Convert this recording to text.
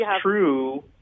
true